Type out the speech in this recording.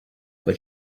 but